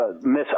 miss